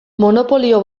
monopolio